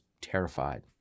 terrified